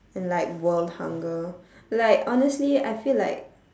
and like world hunger like honestly I feel like